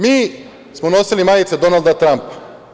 Mi smo nosili majice Donalda Trampa.